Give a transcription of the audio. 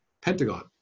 pentagon